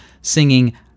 singing